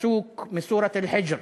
פסוק מסורת אל-חג'ר,